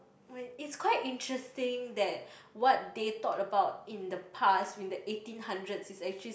it's quite interesting that what they thought about in the past in the eighteen hundreds is actually